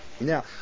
Now